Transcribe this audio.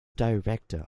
director